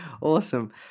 Awesome